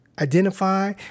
identify